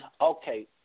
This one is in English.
Okay